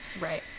Right